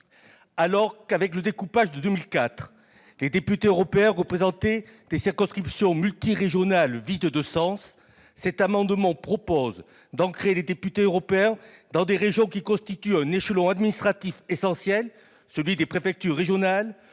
Alors que, avec le découpage de 2004, les députés européens représentaient des circonscriptions multirégionales vides de sens, cet amendement vise à ancrer les députés européens dans des régions constituant un échelon administratif essentiel, celui des préfectures régionales,